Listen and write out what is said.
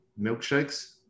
milkshakes